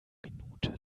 minuten